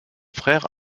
frère